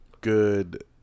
good